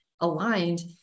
aligned